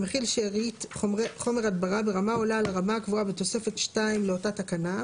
המכיל שראית חומר הדברה ברמה העולה על הרמה הקבועה בתוספת 2 לאותה תקנה,